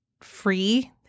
free